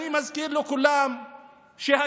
אני מזכיר לכולם שהכיבוש